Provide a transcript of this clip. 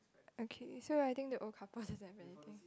okay so I think the old couples is like anything